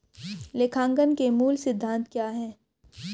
लेखांकन के मूल सिद्धांत क्या हैं?